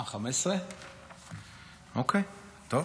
אוקיי, טוב.